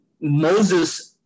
Moses